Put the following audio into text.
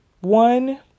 one